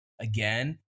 again